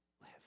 live